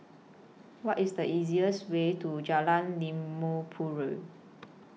What IS The easiest Way to Jalan Limau Purut